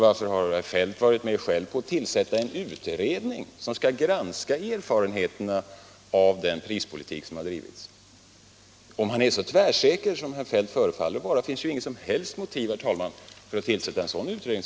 Varför har då herr Feldt själv varit med om att tillsätta en utredning som skall granska erfarenheterna av den prispolitik som har bedrivits? Om herr Feldt är så tvärsäker som han förefaller vara, finns det såvitt jag förstår inget som helst motiv, herr talman, för att tillsätta en sådan utredning.